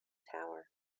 tower